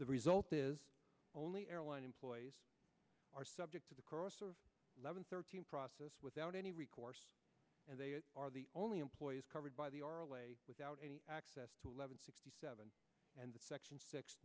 the result is only airline employees are subject to the eleven thirteen process without any recourse and they are the only employees covered by the or without any access to eleven sixty seven and the section